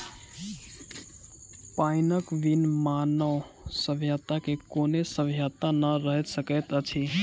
पाइनक बिन मानव सभ्यता के कोनो सभ्यता नै रहि सकैत अछि